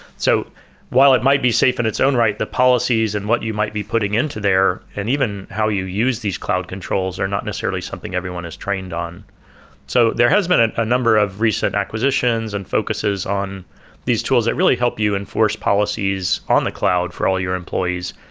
so while it might be safe in its own right, the policies and what you might be putting into there and even how you use these cloud controls are not necessarily something everyone has trained on so there has been a ah number of recent acquisitions and focuses on these tools that really help you enforce policies on the cloud for all your employees,